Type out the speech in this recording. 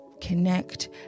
connect